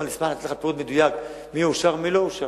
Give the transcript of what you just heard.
אני אשמח לתת לך פירוט מדויק מי אושר ומי לא אושר.